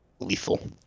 lethal